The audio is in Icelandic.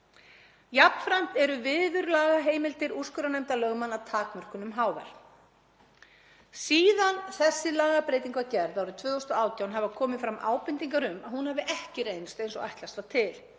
Jafnframt eru viðurlagaheimildir úrskurðarnefndar lögmanna takmörkunum háðar. Síðan þessi lagabreyting var gerð árið 2018 hafa komið fram ábendingar um að hún hafi ekki reynst eins og ætlast var til.